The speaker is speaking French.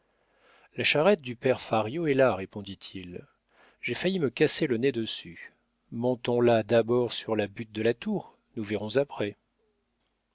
la charrette au père fario est là répondit-il j'ai failli me casser le nez dessus montons la d'abord sur la butte de la tour nous verrons après